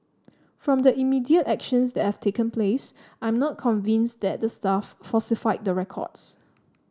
from the immediate actions that have taken place I am not convinced that the staff falsified the records